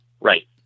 Right